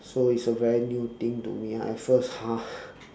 so it's a very new thing to me ah at first !huh!